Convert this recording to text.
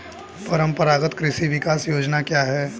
परंपरागत कृषि विकास योजना क्या है?